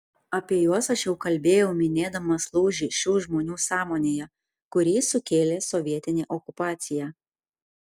apie juos aš jau kalbėjau minėdamas lūžį šių žmonių sąmonėje kurį sukėlė sovietinė okupacija